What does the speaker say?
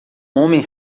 homem